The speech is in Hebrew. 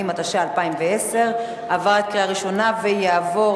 180), התשע"א 2010, עברה קריאה ראשונה ותעבור